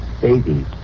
Baby